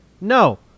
no